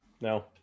no